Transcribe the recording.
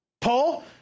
Paul